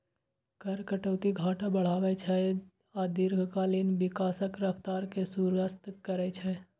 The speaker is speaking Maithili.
कर कटौती घाटा बढ़ाबै छै आ दीर्घकालीन विकासक रफ्तार कें सुस्त करै छै